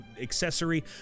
accessory